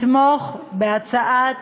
מתוך התנועה הציונית